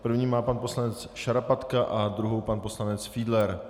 První má pan poslanec Šarapatka a druhou pan poslanec Fiedler.